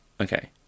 okay